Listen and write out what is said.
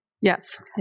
Yes